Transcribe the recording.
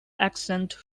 ascent